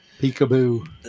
peekaboo